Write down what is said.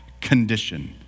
condition